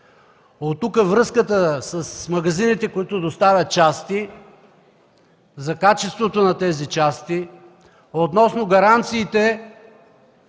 Оттук връзката с магазините, които доставят части – за качеството на тези части, относно гаранциите,